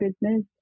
business